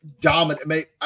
dominant